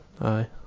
Aye